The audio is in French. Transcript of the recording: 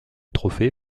trophée